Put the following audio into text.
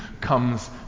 comes